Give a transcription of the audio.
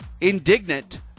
indignant